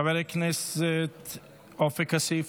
חבר הכנסת עופר כסיף,